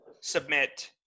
submit